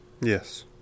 Yes